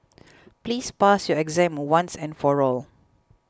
please pass your exam once and for all